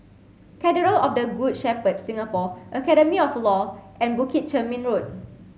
Cathedral of the Good Shepherd Singapore Academy of Law and Bukit Chermin Road